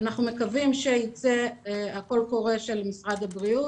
אנחנו מקווים שיצא קול קורא של משרד הבריאות